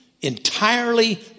entirely